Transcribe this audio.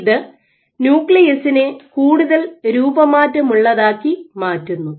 ഇത് ന്യൂക്ലിയസിനെ കൂടുതൽ രൂപമാറ്റമുള്ളതാക്കി മാറ്റുന്നു